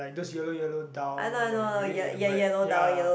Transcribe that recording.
like those yellow yellow dhal where you eat with the bread ya